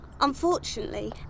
Unfortunately